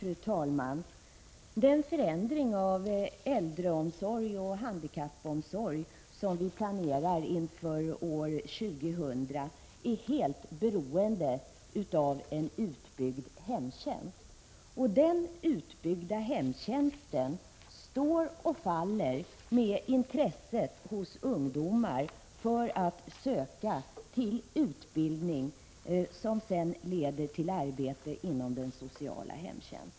Fru talman! Den förändring av äldreomsorg och handikappomsorg som vi planerar inför år 2000 är helt beroende av en utbyggd hemtjänst, och den utbyggda hemtjänsten står och faller med intresset hos ungdomar för att söka till utbildning som sedan leder till arbete inom den sociala hemtjänsten.